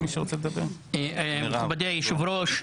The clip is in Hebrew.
מכובדי היושב-ראש,